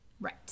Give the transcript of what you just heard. Right